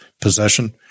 possession